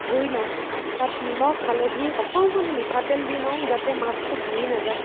ধুই লওঁ তাত নিমখ হালধি অকণমান মিঠাতেল দি লওঁ যাতে মাছটো ভাঙি নাযায়